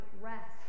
rest